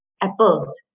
Apples